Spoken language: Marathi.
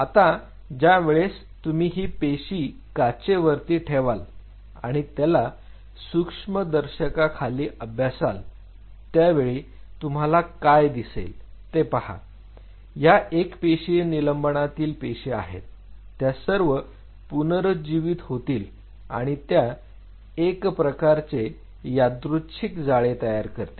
आता ज्या वेळेस तुम्ही ही पेशी काचेवरती ठेवाल आणि त्याला सूक्ष्मदर्शकाखाली अभ्यासाल त्यावेळी तुम्हाला काय दिसते ते पहा या एकपेशीय निलंबनतील पेशी आहेत त्या सर्व पुनरुज्जीवित होतील आणि त्या एक प्रकारचे यादृच्छिक जाळे तयार करतील